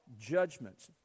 judgments